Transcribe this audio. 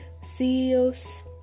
CEOs